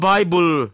Bible